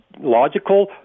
logical